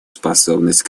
способность